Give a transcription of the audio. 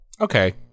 okay